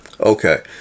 Okay